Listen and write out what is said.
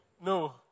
No